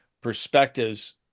perspectives